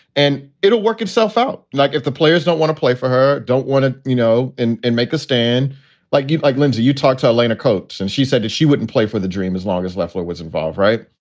and it'll work itself out, like if the players don't want to play for her. don't want to, you know, and and make a stand like you like. lindsey, you talked to atlanta coats and she said that she wouldn't play for the dream as long as leffler was involved. right.